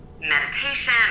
meditation